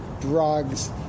drugs